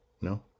no